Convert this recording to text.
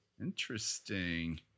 Interesting